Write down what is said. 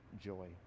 joy